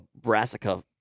brassica